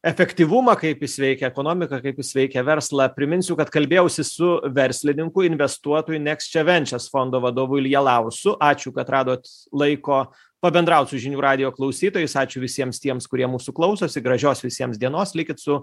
efektyvumą kaip jis veikia ekonomiką kaip jis veikia verslą priminsiu kad kalbėjausi su verslininku investuotoju neksčiavenčias fondo vadovu ilja laursu ačiū kad radot laiko pabendraut su žinių radijo klausytojais ačiū visiems tiems kurie mūsų klausosi gražios visiems dienos likit su